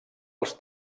els